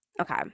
okay